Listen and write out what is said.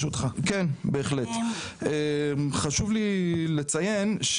חשוב לי לציין,